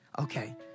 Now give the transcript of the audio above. Okay